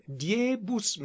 diebus